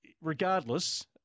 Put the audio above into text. regardless